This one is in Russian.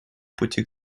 пути